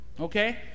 Okay